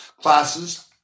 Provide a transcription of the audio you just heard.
classes